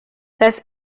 thus